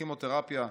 כימותרפיה,